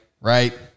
right